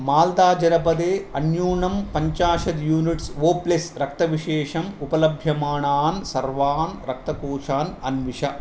माल्दाजनपदे अन्यूनं पञ्चाशत् units O plus रक्तविशेषम् उपलभ्यमानान् सर्वान् रक्तकोषान् अन्विष